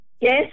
Yes